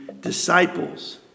disciples